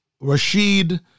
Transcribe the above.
Rashid